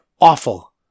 awful